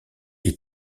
est